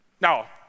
Now